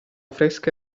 fresca